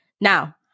Now